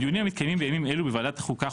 בדיונים המתקיימים בימים אלה בוועדת החוקה,